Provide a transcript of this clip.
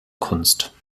kunst